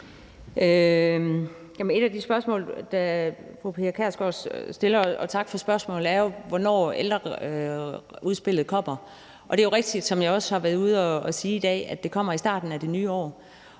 Et af de spørgsmål, fru Pia Kjærsgaard stiller, er jo, hvornår ældreudspillet kommer. Det er rigtigt, som jeg også har været ude at sige i dag, at det kommer i starten af det nye år.